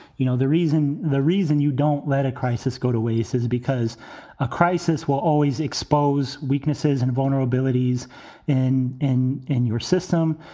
you know, the reason the reason you don't let a crisis go to waste is because a crisis will always expose expose weaknesses and vulnerabilities in in in your system.